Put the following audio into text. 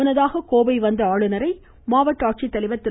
முன்னதாக கோவை வந்த ஆளுநரை ஆட்சித்தலைவா் திரு